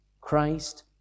Christ